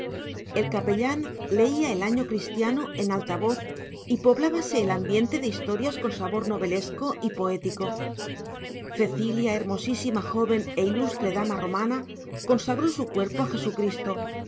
el capellán leía el año cristiano en alta voz y poblábase el ambiente de historias con sabor novelesco y poético cecilia hermosísima joven e ilustre dama romana consagró su cuerpo a jesucristo